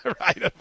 right